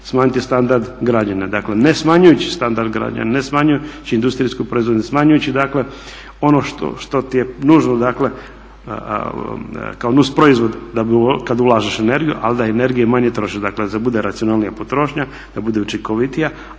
smanjiti standard građana. Dakle, ne smanjujući standard građana, ne smanjujući industrijsku proizvodnju, smanjujući dakle ono što ti je nužno dakle kao nusproizvod kad ulažeš energiju ali da energije manje trošiš. Dakle, da bude racionalnija potrošnja, da bude učinkovitija,